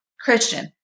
Christian